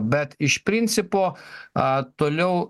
bet iš principo a toliau